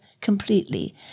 completely